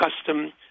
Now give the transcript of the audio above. custom